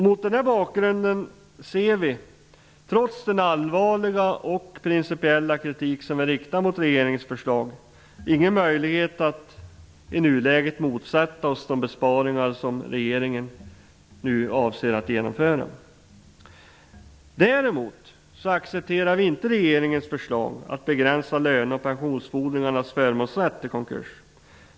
Mot den bakgrunden ser vi, trots den allvarliga och principiella kritik som vi riktar mot regeringens förslag, ingen möjlighet att i nulägget motsätta oss de besparingar som regeringen nu avser att genomföra. Däremot accepterar vi inte regeringens förslag att begränsa löne och pensionsfordringarnas förmånsrätt i konkurs.